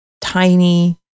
tiny